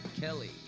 Kelly